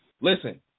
Listen